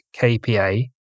kPa